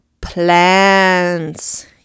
plants